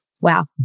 wow